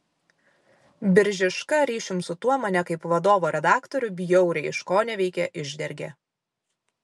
biržiška ryšium su tuo mane kaip vadovo redaktorių bjauriai iškoneveikė išdergė